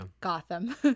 gotham